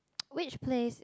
which place